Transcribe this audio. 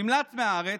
נמלט מהארץ.